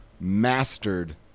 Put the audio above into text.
mastered